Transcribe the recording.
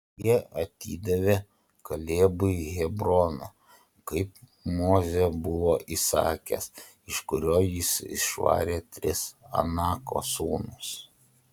jie atidavė kalebui hebroną kaip mozė buvo įsakęs iš kurio jis išvarė tris anako sūnus